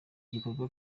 gikorwa